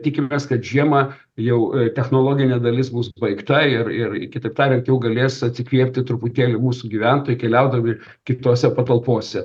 tikimės kad žiemą jau technologinė dalis bus baigta ir ir kitaip tariant jau galės atsikvėpti truputėlį mūsų gyventojai keliaudami kitose patalpose